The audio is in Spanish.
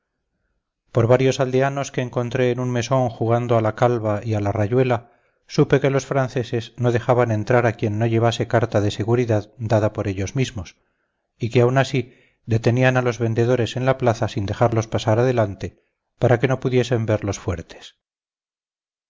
por varios aldeanos que encontré en un mesón jugando a la calva y a la rayuela supe que los franceses no dejaban entrar a quien no llevase carta de seguridad dada por ellos mismos y que aun así detenían a los vendedores en la plaza sin dejarlos pasar adelante para que no pudiesen ver los fuertes